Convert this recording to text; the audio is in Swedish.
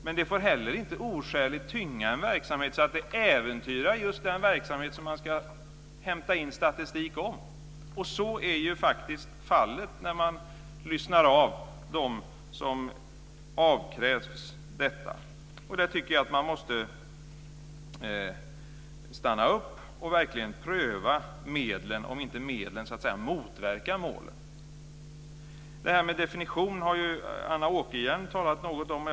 Men det får heller inte oskäligt tynga en verksamhet så att det äventyrar just den verksamhet som man ska hämta in statistik om. Och så är faktiskt fallet, hör man när man lyssnar på dem som avkrävs detta. Jag tycker att man måste stanna upp, verkligen pröva medlen och se om de inte motverkar målet. Anna Åkerhielm talade något om detta med definition.